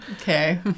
Okay